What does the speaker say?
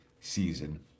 season